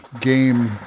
game